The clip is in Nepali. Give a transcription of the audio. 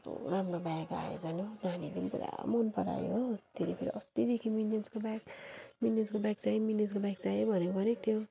कस्तो राम्रो ब्याग आएछ नि हौ नानीले पनि पुरा मन परायो हो त्यसले फेरि अस्तिदेखि मिन्यन्सको ब्याग मिन्यन्सको ब्याग चाहियो मिन्यन्सको ब्याग चाहियो भनेको भनेकै थियो